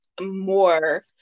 more